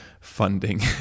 funding